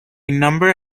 number